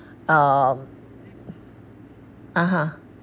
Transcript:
um (uh huh)